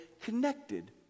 connected